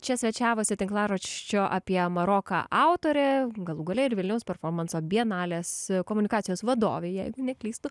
čia svečiavosi tinklaraščio apie maroką autorė galų gale ir vilniaus performanso vienalės komunikacijos vadovė jei neklystu